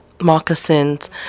moccasins